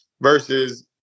versus